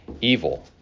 evil